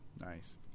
Nice